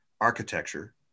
architecture